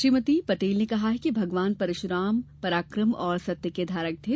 श्रीमती पटेल ने कहा कि भगवान परशुराम पराकम और सत्य के धारक थे